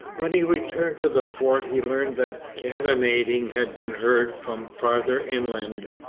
when he returned to the fort he learned that cannonading had been heard from farther inland.